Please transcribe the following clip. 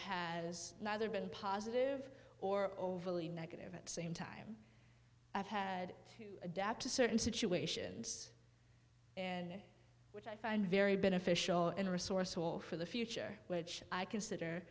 has neither been positive or overly negative at same time i've had to adapt to certain situations and which i find very beneficial and resourceful for the future which i consider